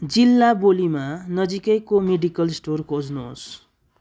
जिल्ला बोलीमा नजिकैको मेडिकल स्टोर खोज्नुहोस्